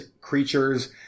creatures